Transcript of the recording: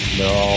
no